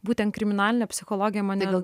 būtent kriminalinė psichologija mane